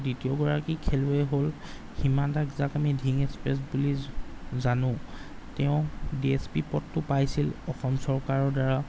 দ্বিতীয়গৰাকী খেলুৱৈ হ'ল হিমা দাস যাক আমি ধিং এক্সপ্ৰেছ বুলি জানো তেওঁ ডি এছ পি পদটো পাইছিল অসম চৰকাৰৰদ্বাৰা